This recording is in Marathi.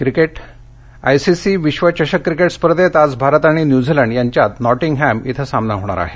क्रिकेट आयसीसी विश्वचषक क्रिकेट स्पर्धेत आज भारत आणि न्यूझीलंड यांच्यात नॉटिंगहॅम इथं सामना होणार आहे